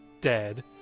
dead